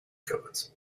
codes